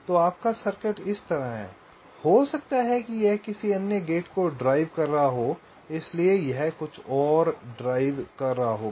तो आपका सर्किट इस तरह है हो सकता है कि यह किसी अन्य गेट को चला रहा हो इसलिए यह कुछ और ड्राइव कर रहा होगा